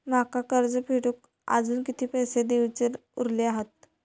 माका कर्ज फेडूक आजुन किती पैशे देऊचे उरले हत?